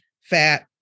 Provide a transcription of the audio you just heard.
fat